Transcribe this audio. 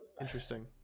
interesting